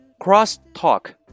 Cross-talk